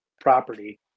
property